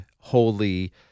holy